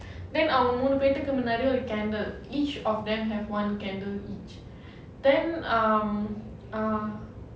then அவங்க மூணு பேரு முன்னாடி:avanga moonu peru munaadi candle each of them have one candle each then um um